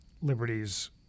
liberties